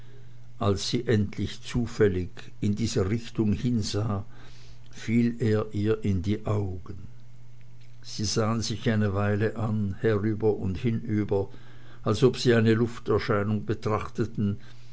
als sie endlich zufällig in dieser richtung hinsah fiel er ihr in die augen sie sahen sich eine weile an herüber und hinüber als ob sie eine lufterscheinung betrachteten